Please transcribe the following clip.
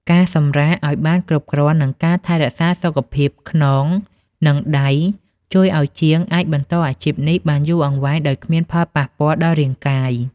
ការសម្រាកឱ្យបានគ្រប់គ្រាន់ និងការថែរក្សាសុខភាពខ្នង និងដៃ ជួយឱ្យជាងអាចបន្តអាជីពនេះបានយូរអង្វែងដោយគ្មានផលប៉ះពាល់ដល់រាងកាយ។